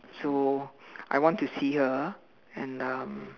so I want to see her ah and um